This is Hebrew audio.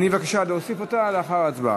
בבקשה, להוסיף אותה אחרי ההצבעה.